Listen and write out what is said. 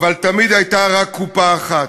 אבל תמיד הייתה רק קופה אחת.